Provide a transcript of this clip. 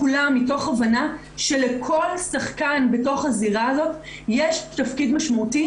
כולם מתוך הבנה שלכל שחקן בתוך הזירה הזאת יש תפקיד משמעותי